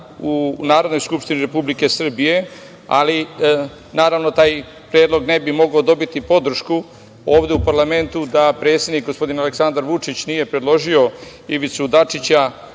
u Narodnoj skupštini Republike Srbije, ali naravno taj predlog ne bi mogao dobiti podršku ovde u parlamentu da predsednik Aleksandar Vučić nije predložio Ivicu Dačića